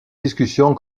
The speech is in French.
discussion